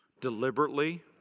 deliberately